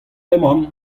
emaon